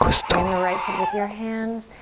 frame the right foot with your hands.